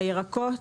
בירקות,